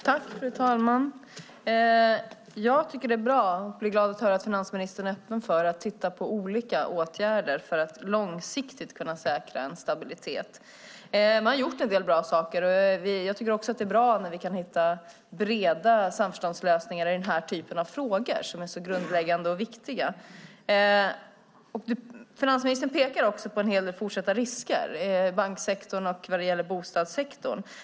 Fru talman! Jag tycker att det är bra och blir glad av att höra att finansministern är öppen för att titta på olika åtgärder för att långsiktigt kunna säkra en stabilitet. Man har gjort en del bra saker. Jag tycker också att det är bra när vi kan hitta breda samförståndslösningar i den här typen av frågor, som är så grundläggande och viktiga. Finansministern pekar på en hel del fortsatta risker i banksektorn och bostadssektorn.